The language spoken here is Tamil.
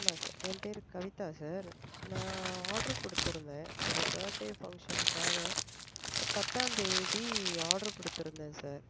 ஆமாம் சார் என் பேர் கவிதா சார் நான் ஆட்ரு கொடுத்துருந்தேன் ஒரு பர்த்டே ஃபங்க்ஷனுக்காக பத்தாந்தேதி ஆட்ரு கொடுத்துருந்தேன் சார்